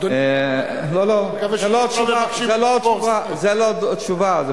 אדוני --- זה לא תשובה.